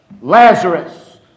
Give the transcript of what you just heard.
Lazarus